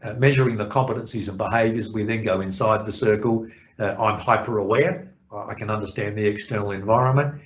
ah measuring the competencies of behaviour we then go inside the circle i'm hyper aware i can understand the external environment.